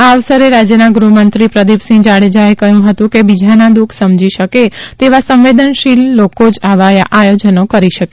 આ અવસરે રાજ્યના ગૃહમંત્રી પ્રદીપસિંહ જાડેજાએ કહ્યું હતું કે બીજાના દુઃખ સમજી શકે તેવા સંવેદનશીલ લોકો જ આવા આયોજનો કરી શકે